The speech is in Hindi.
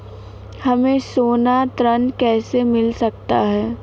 हमें सोना ऋण कैसे मिल सकता है?